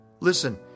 Listen